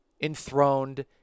enthroned